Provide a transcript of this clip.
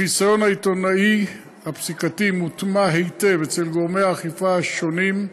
החיסיון העיתונאי הפסיקתי מוטמע היטב אצל גורמי האכיפה השונים,